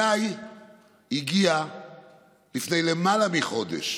הגיע אליי לפני למעלה מחודש